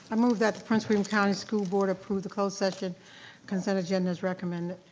i move that prince william county school board approve the closed session consent agenda as recommended.